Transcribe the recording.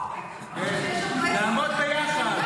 ראויה, שתתקן,